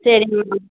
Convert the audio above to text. சரிங்ண்ணா